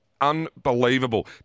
unbelievable